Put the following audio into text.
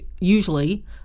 usually